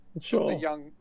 sure